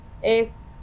es